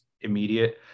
immediate